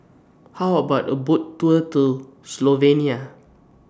How about A Boat Tour to Slovenia